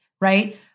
Right